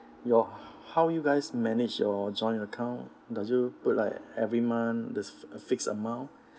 your how you guys manage your joint account does you put like every month there's a fixed amount